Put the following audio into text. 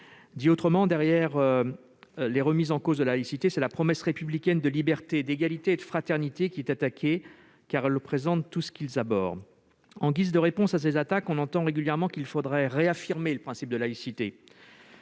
Autrement dit, derrière la remise en cause de la laïcité, c'est la promesse républicaine de liberté, d'égalité et de fraternité qui est attaquée, car elle représente tout ce qu'ils abhorrent. En guise de réponse à ces attaques, on entend régulièrement qu'il faudrait réaffirmer le principe de laïcité.